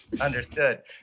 Understood